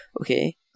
Okay